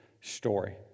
story